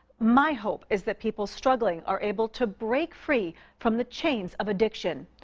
my hope is that people struggling are able to break free from the chains of addiction.